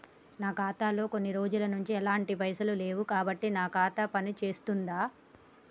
నా ఖాతా లో కొన్ని రోజుల నుంచి ఎలాంటి పైసలు లేవు కాబట్టి నా ఖాతా పని చేస్తుందా?